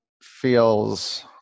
feels